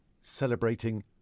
celebrating